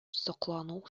соклану